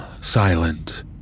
silent